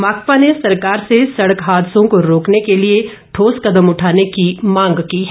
माकपा ने सरकार से सड़क हादसों को रोकने के लिए ठोस कदम उठाने की मांग की है